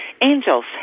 angels